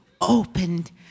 opened